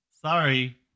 Sorry